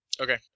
Okay